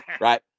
Right